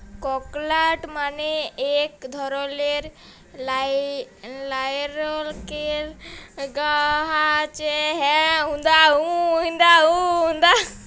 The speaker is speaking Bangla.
ককলাট মালে ইক ধরলের লাইরকেল গাহাচে হ্যয়